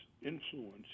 influence